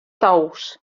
tous